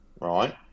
right